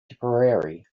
tipperary